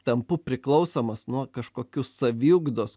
tampu priklausomas nuo kažkokių saviugdos